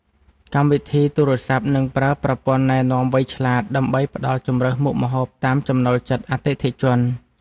កម្មវិធីទូរសព្ទនឹងប្រើប្រព័ន្ធណែនាំវៃឆ្លាត ដើម្បីផ្ដល់ជម្រើសមុខម្ហូបតាមចំណូលចិត្តអតិថិជន។